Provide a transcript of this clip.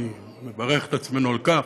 אני מברך את עצמנו על כך,